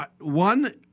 one